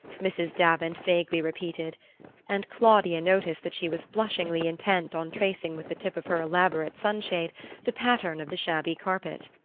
mrs. davant vaguely repeated and claudia noticed that she was blushingly intent on tracing with the tip of her elaborate sunshade the pattern of the shabby carpet.